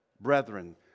Brethren